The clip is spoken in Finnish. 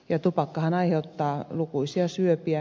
tupakkahan aiheuttaa lukuisia syöpiä